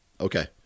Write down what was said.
Okay